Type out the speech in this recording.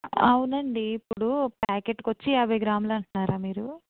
అవునండి ఇప్పుడు ప్యాకెట్కు వచ్చి యాభై గ్రాములు అంటున్నారా మీరు